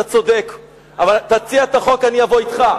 אתה צודק, אבל תציע את החוק, אני אבוא אתך.